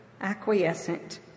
acquiescent